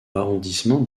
l’arrondissement